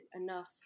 enough